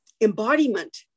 embodiment